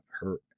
hurt